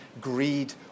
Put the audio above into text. greed